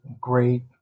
great